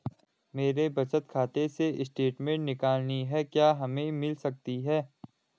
मेरे बचत खाते से स्टेटमेंट निकालनी है क्या हमें मिल सकती है?